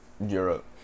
Europe